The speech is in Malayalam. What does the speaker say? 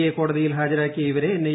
എ കോടതിയിൽ ഹാജരാക്കിയ ഇവരെ എൻ്ടുഐ